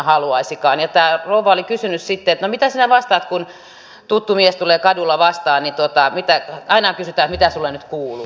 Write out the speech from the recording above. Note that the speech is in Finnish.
tämä rouva oli kysynyt sitten että no mitä sinä vastaat kun tuttu mies tulee kadulla vastaan ja aina kysytään että mitä sinulle nyt kuuluu